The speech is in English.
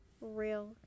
real